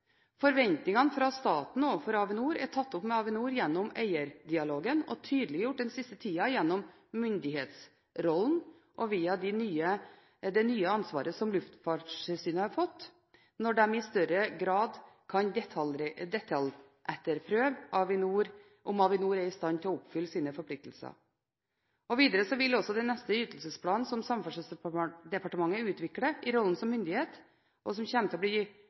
Forventningene fra staten overfor Avinor er tatt opp med Avinor gjennom eierdialogen og tydeliggjort den siste tiden gjennom myndighetsrollen og via det nye ansvaret som Luftfartstilsynet har fått, når de i større grad kan detaljetterprøve om Avinor er i stand til å oppfylle sine forpliktelser. Videre vil den neste ytelsesplanen, som Samferdselsdepartementet utvikler i rollen som myndighet, og som blir gjort gjeldende for en periode på litt lengre sikt, være mer treffsikker og viktig når det gjelder å